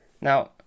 Now